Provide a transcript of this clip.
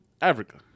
Africa